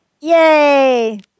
Yay